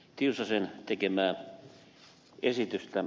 tiusasen tekemää esitystä